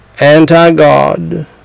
anti-God